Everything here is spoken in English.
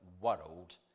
world